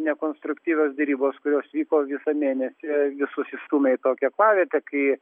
ne konstruktyvios derybos kurios vyko visą mėnesį visus įstūmė į kokią aklavietę kai